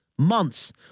months